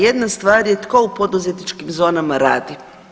Jedna stvar je tko u poduzetničkim zonama radi.